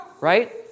right